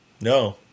No